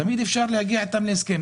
תמיד אפשר להגיע איתם להסכם.